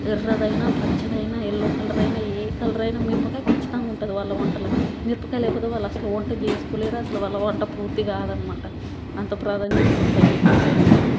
ఎర్రదయినా పచ్చదయినా ఎల్లో కలరయినా ఏ కలరయినా మిరపకాయ ఖచ్చితంగా ఉంటుంది వాళ్ళ వంటలో మిరపకాయ లేకపోతే వాళ్ళు అస్సలు వంట చేసుకోలేరు అసలు వాళ్ళ వంట పూర్తికాదనమాట అంత ప్రాధాన్యత ఉంటుంది మిరపకాయికి